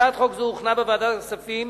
הצעת חוק זו הוכנה בוועדת הכספים.